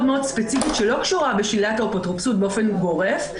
ספציפית שלא קשורה בשלילת האפוטרופסות באופן גורף,